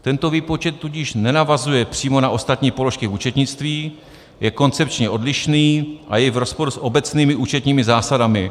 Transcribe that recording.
Tento výpočet tudíž nenavazuje přímo na ostatní položky účetnictví, je koncepčně odlišný a je v rozporu s obecnými účetními zásadami.